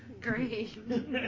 Great